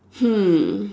hmm